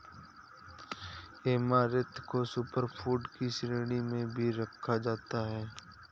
amaranth को super food की श्रेणी में भी रखा जाता है